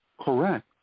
correct